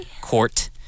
Court